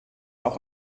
auch